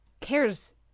cares